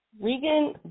Regan